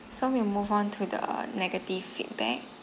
so we move on to the negative feedback